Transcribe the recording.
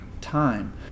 time